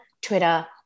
Twitter